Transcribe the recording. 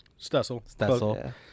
stessel